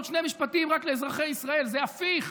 עוד שני משפטים רק לאזרחי ישראל: זה הפיך.